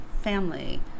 family